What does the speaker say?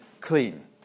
clean